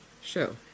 show